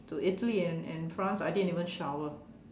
to Italy and and France I didn't even shower